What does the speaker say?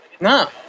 No